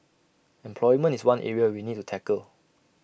employment is one area we need to tackle